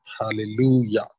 Hallelujah